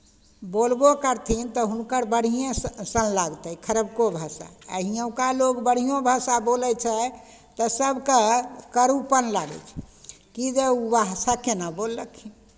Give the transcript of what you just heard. बोलबो करथिन तऽ हुनकर बढ़िएँ स् सन लागतै खरबको भाषा आ हियुँका लोक बढ़िओँ भाषा बोलै छै तऽ सभके करूपन लागै छै कि जे ओ भाषा केना बोललखिन